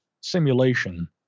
simulation